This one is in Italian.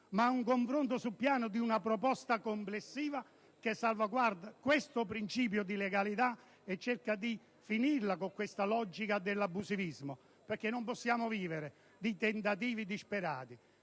al confronto, ma sul piano di un proposta complessiva che salvaguardi questo principio di legalità e cerchi di finirla con la logica dell'abusivismo, perché non possiamo vivere di tentativi disperati,